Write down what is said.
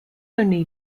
only